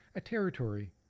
a territory